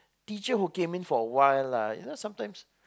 teacher who came in for a while sometime